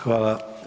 Hvala.